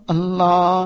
Allah